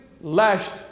lashed